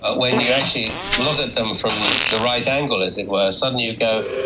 ah when you actually look at them from the right angle, as it were, suddenly you go,